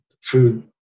food